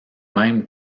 même